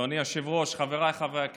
אדוני היושב-ראש, חבריי חברי הכנסת,